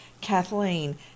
Kathleen